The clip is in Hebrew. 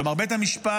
כלומר, בית המשפט